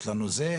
יש לנו זה,